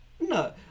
No